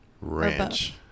Ranch